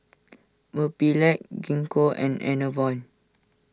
Mepilex Gingko and Enervon